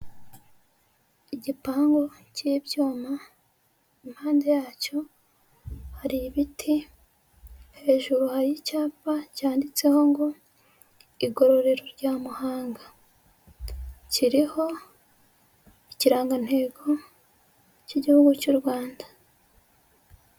Igipangu cy'ibyuma, impande yacyo hari ibiti, hejuru y'icyapa cya nditseho ngo igorobero rya Muhanga, kiriho ikirangantego cy'igihugu cy'u Rwanda.